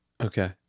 Okay